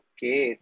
Okay